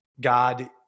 God